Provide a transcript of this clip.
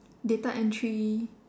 data entry